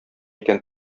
икән